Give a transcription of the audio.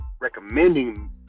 recommending